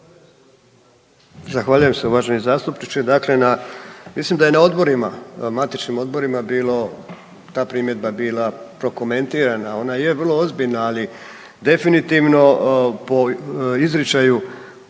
Zahvaljujem se uvaženi zastupniče. Dakle na, mislim da je na odborima matičnim odborima bilo ta primjedba bila prokomentirana, ona je vrlo ozbiljna, ali definitivno po izričaju